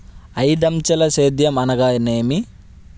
ఐదంచెల సేద్యం అనగా నేమి?